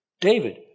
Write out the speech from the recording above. David